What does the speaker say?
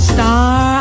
Star